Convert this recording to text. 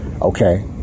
okay